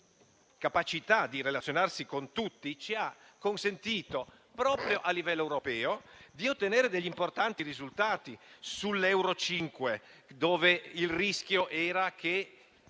capacità di relazionarci con tutti ci ha consentito a livello europeo di ottenere degli importanti risultati, ad esempio, sull'euro 5, dove il rischio era che